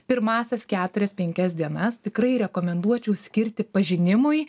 pirmąsias keturias penkias dienas tikrai rekomenduočiau skirti pažinimui